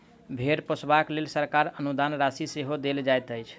भेंड़ पोसबाक लेल सरकार अनुदान राशि सेहो देल जाइत छै